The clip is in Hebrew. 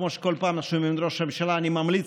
כמו שכל פעם שומעים את ראש הממשלה: אני ממליץ,